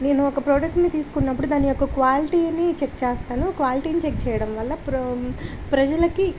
నేను ఒక ప్రోడక్ట్ని తీసుకున్నప్పుడు దాని యొక్క క్వాలిటీని చెక్ చేస్తాను క్వాలిటీని చెక్ చెయ్యడం వల్ల ప్ర ప్రజలకి